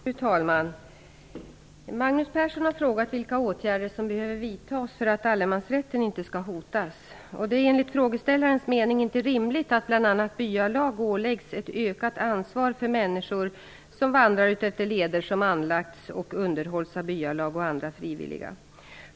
Fru talman! Magnus Persson har frågat vilka åtgärder som behöver vidtas för att allemansrätten inte skall hotas. Det är enligt frågeställarens mening inte rimligt att bl.a. byalag åläggs ett ökat ansvar för människor som vandrar utefter leder som anlagts och underhålls av byalag och andra frivilliga.